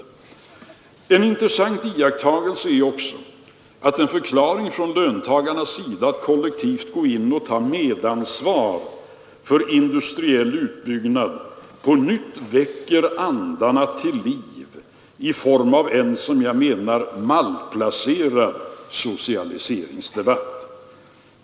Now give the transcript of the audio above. Jag fortsatte: ”En intressant iakttagelse är också att en förklaring från löntagarnas sida att kollektivt gå in och ta medansvar för industriell 91 utbyggnad på nytt väcker andarna till liv i form av en, som jag menar, malplacerad socialiseringsdebatt.